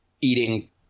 eating